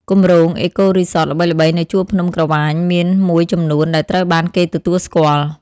គម្រោង អេកូរីសតល្បីៗនៅជួរភ្នំក្រវាញមានមួយចំនួនដែលត្រូវបានគេទទួលស្គាល់។